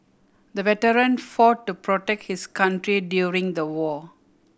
the veteran fought to protect his country during the war